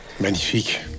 Magnifique